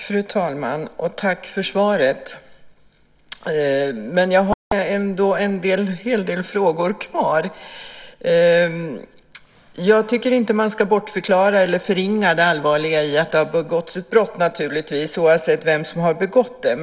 Fru talman! Tack för svaret. Jag har ändå en hel del frågor kvar. Jag tycker inte att man ska bortförklara eller förringa det allvarliga i att det har begåtts ett brott, oavsett vem det är som har begått brottet.